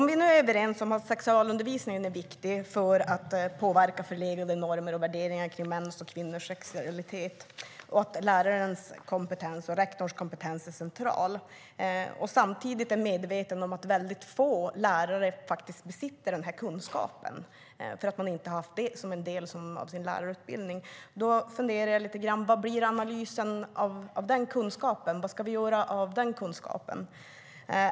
Vi är överens om att sexualundervisningen är viktig för att påverka förlegade normer och värderingar kring mäns och kvinnors sexualitet och om att lärarens och rektorns kompetens är centrala. Vi är samtidigt medvetna om att få lärare faktiskt besitter den här kunskapen eftersom de inte har haft det som en del av sin lärarutbildning. Jag funderar lite grann på vad vi ska göra av den vetskapen.